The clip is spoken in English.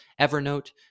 Evernote